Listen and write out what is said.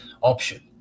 option